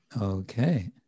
Okay